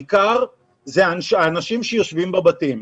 העיקר זה אנשים שיושבים בבתים.